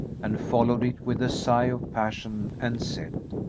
and followed it with a sigh of passion and said,